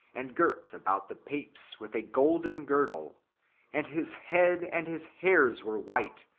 and girt about the paps with a golden girdle and his head and his hairs were white,